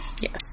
Yes